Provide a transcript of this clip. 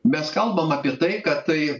mes kalbam apie tai kad tai